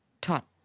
taught